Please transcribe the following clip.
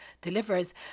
delivers